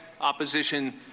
opposition